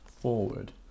forward